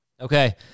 Okay